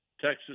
Texas